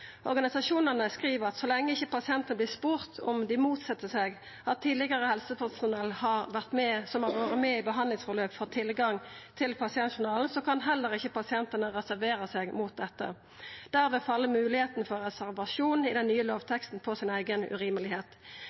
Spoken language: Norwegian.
Organisasjonane skriv at så lenge ikkje pasientar blir spurte om dei motset seg at tidlegare helsepersonell som har vore med i eit behandlingsforløp, får tilgang til pasientjournalen, kan heller ikkje pasientane reservera seg mot dette. Dermed fell moglegheita for reservasjon i den nye lovteksten på